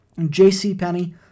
JCPenney